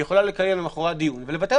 היא יכולה לקיים למוחרת דיון ולבטל